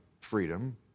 freedom